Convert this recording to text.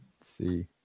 see